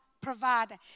provider